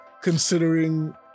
considering